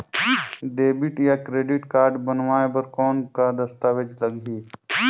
Debit या credit card बनवाय बर कौन का दस्तावेज लगही?